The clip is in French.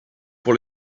pour